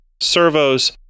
servos